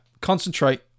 concentrate